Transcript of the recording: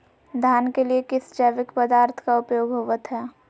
धान के लिए किस जैविक पदार्थ का उपयोग होवत है?